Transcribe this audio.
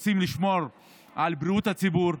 רוצים לשמור על בריאות הציבור,